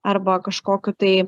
arba kažkokiu tai